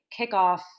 kickoff